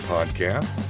Podcast